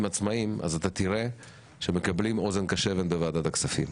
העצמאים אז תראה שהם מקבלים אוזן קשבת בוועדת הכספים.